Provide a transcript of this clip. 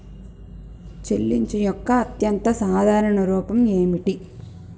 చెల్లింపు యొక్క అత్యంత సాధారణ రూపం ఏమిటి?